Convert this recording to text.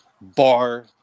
bar